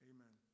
Amen